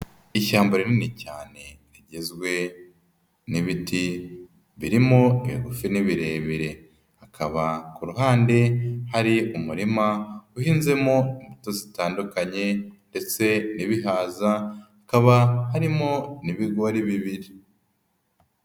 Ishyamba rinini cyane, rigizwe n'ibiti birimo ibigufi n'ibirebire. Hakaba ku ruhande hari umurima uhinzemo imbuto zitandukanye ndetse n'ibihaza, hakaba harimo n'ibigori bibiri.